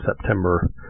September